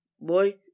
Boy